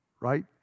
right